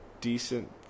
decent